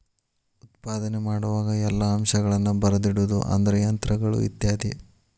ಉತ್ಪಾದನೆ ಮಾಡುವಾಗ ಎಲ್ಲಾ ಅಂಶಗಳನ್ನ ಬರದಿಡುದು ಅಂದ್ರ ಯಂತ್ರಗಳು ಇತ್ಯಾದಿ